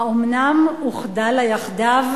האומנם אוחדה לה יחדיו?